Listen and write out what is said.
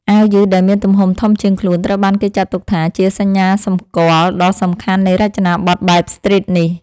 អាវយឺតដែលមានទំហំធំជាងខ្លួនត្រូវបានគេចាត់ទុកថា ជាសញ្ញាសម្គាល់ដ៏សំខាន់នៃរចនាប័ទ្មបែបស្ទ្រីតនេះ។